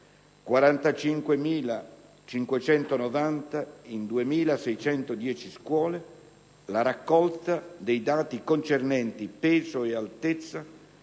(45.590 in 2.610 scuole), la raccolta dei dati concernenti peso e altezza